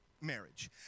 marriage